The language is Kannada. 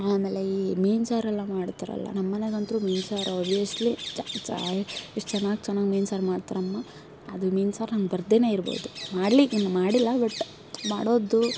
ಆಮೇಲೆ ಈ ಮೀನು ಸಾರೆಲ್ಲ ಮಾಡ್ತಾರಲ್ಲ ನಮ್ಮನೆಗಂತೂ ಮೀನು ಸಾರು ಆಬಿಯಸ್ಲಿ ಛಾಯೆ ಎಷ್ಟು ಚೆನ್ನಾಗಿ ಚೆನ್ನಾಗಿ ಮೀನು ಸಾರು ಮಾಡ್ತಾರಮ್ಮ ಅದು ಮೀನು ಸಾರು ನಂಗೆ ಬರದೇನೆ ಇರ್ಬೋದು ಮಾಡ್ಲಿಕ್ಕೆ ಮಾಡಿಲ್ಲ ಬಟ್ ಮಾಡೋದು